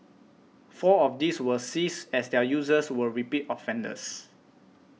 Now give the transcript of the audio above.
four of these were seized as their users were repeat offenders